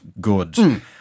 good